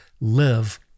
live